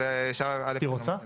ולשאר סעיף (א) אתם לא מתנגדים.